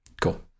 Cool